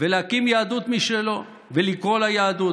יהדות משלו ולקרוא לה יהדות.